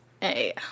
Hey